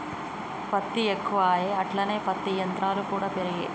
పత్తి ఉత్పత్తి ఎక్కువాయె అట్లనే పత్తి యంత్రాలు కూడా పెరిగే